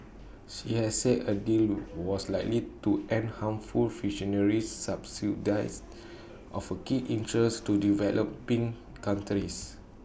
she has said A deal was likely to end harmful fisheries subsidies of keen interest to developing countries